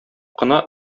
кына